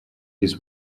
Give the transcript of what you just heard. his